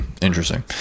Interesting